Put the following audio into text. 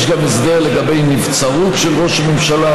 יש גם הסדר לגבי נבצרות של ראש הממשלה,